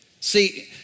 See